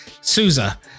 souza